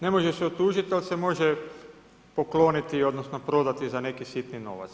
Ne može se otuđiti, ali se može pokloniti odnosno prodati za neki sitni novac.